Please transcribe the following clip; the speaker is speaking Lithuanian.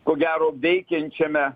ko gero veikiančiame